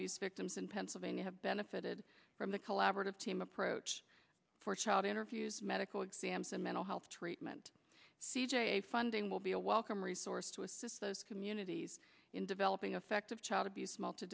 abuse victims in pennsylvania have benefited from the collaborative team approach for child interviews medical exams and mental health treatment c j a funding will be a welcome resource to assist those communities in developing effect of child abuse multi